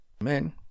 men